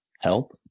help